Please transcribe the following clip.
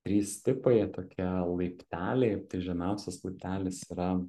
trys tipai tokie laipteliai žemiausias laiptelis yra